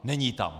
Není tam.